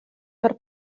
per